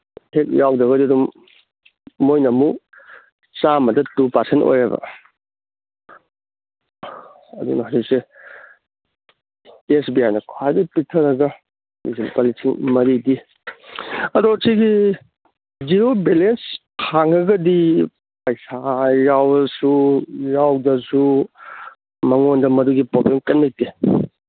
ꯌꯥꯎꯗ꯭ꯔꯒꯁꯨ ꯑꯗꯨꯝ ꯃꯣꯏꯅ ꯑꯃꯨꯛ ꯆꯥꯝꯃꯗ ꯇꯨ ꯄꯥꯔꯁꯦꯟ ꯑꯣꯏꯌꯦꯕ ꯑꯗꯨꯅ ꯍꯧꯖꯤꯛꯁꯦ ꯑꯦꯁ ꯕꯤ ꯑꯥꯏꯅ ꯈ꯭ꯋꯥꯏꯗꯒꯤ ꯄꯤꯛꯊꯔꯒ ꯍꯧꯖꯤꯛ ꯂꯨꯄꯥ ꯂꯤꯁꯤꯡ ꯃꯔꯤꯗꯤ ꯑꯗꯣ ꯁꯤꯒꯤ ꯖꯤꯔꯣ ꯕꯦꯂꯦꯟꯁ ꯍꯥꯡꯉꯒꯗꯤ ꯄꯩꯁꯥ ꯌꯥꯎꯔꯁꯨ ꯌꯥꯎꯗ꯭ꯔꯁꯨ ꯃꯉꯣꯟꯗ ꯃꯗꯨꯒꯤ ꯄ꯭ꯔꯣꯕ꯭ꯂꯦꯝ ꯀꯔꯤꯝ ꯂꯩꯇꯦ